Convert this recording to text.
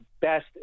best